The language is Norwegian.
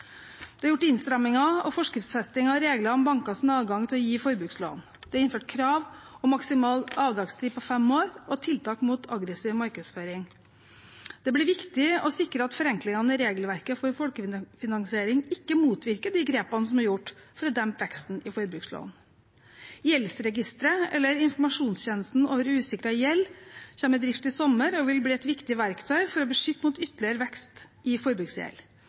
Det er gjort innstramminger og forskriftsfesting av regler om bankenes adgang til å gi forbrukslån. Det er innført krav om maksimal avdragstid på fem år og tiltak mot aggressiv markedsføring. Det blir viktig å sikre at forenklingene i regelverket for folkefinansiering ikke motvirker de grepene som er tatt for å dempe veksten i forbrukslån. Gjeldsregisteret, eller informasjonstjenesten over usikret gjeld, kommer i drift i sommer og vil bli et viktig verktøy for å beskytte mot ytterligere vekst i forbruksgjeld.